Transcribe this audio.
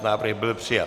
Návrh byl přijat.